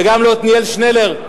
וגם לעתניאל שנלר,